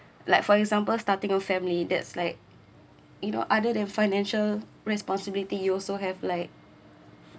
like for example starting a family that's like you know other than financial responsibility you also have like